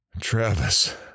Travis